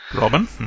Robin